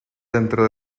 dentro